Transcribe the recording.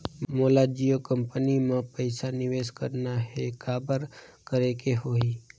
मोला जियो कंपनी मां पइसा निवेश करना हे, काबर करेके होही?